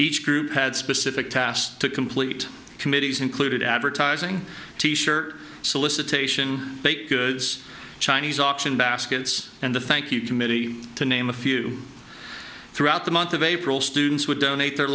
each group had specific tasks to complete committees included advertising t shirt solicitation baked goods chinese auction baskets and the thank you committee to name a few throughout the month of april students would donate their